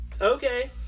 Okay